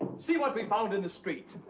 see what we found in the street.